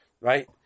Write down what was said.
Right